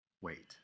wait